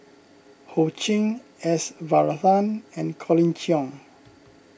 Ho Ching S Varathan and Colin Cheong